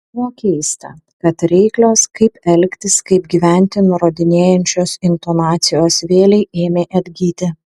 buvo keista kad reiklios kaip elgtis kaip gyventi nurodinėjančios intonacijos vėlei ėmė atgyti